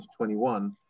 2021